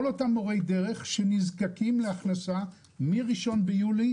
אותם מורי דרך שנזקקים להכנסה מ-1 ביולי,